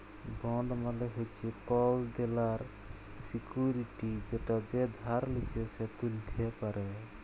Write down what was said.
bond মালে হচ্যে কল দেলার সিকুইরিটি যেটা যে ধার লিচ্ছে সে ত্যুলতে পারে